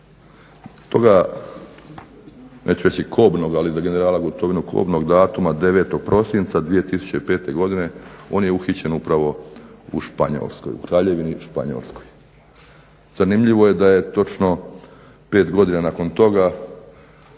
Toga neću reći kobnoga, ali za generala Gotovinu kobnog datuma 9. prosinca 2005. godine on je uhićen upravo u Kraljevini Španjolskoj. Zanimljivo je da je točno 5 godina nakon toga